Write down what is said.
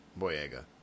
Boyega